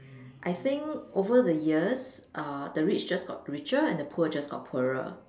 I think over the years uh the rich just got richer and the poor just got poorer